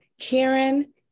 Karen